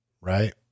right